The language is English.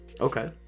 Okay